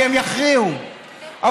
הממשלה,